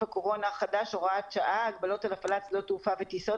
הקורונה החדש (הוראת שעה) (הגבלות על הפעלת שדות תעופה וטיסות),